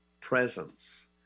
presence